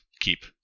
keep